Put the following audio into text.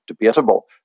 debatable